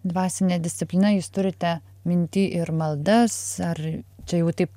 dvasinė disciplina jūs turite minty ir maldas ar čia jau taip